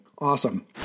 awesome